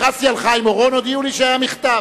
הודיעו לי שהיה מכתב.